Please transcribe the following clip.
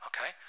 okay